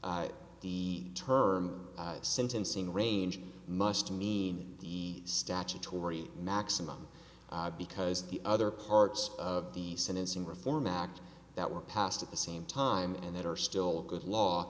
be term sentencing range must mean the statutory maximum because the other parts of the sentencing reform act that were passed at the same time and that are still good law